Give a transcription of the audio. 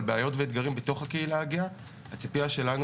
על בעיות ואתגרים בתוך הקהילה הגאה הציפייה שלנו